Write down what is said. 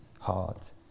heart